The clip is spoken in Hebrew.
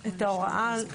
אז יש לו לכאורה הפרה.